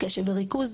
קשב וריכוז,